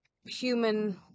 human